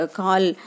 call